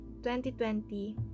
2020